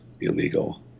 illegal